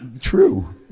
true